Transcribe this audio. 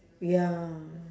ya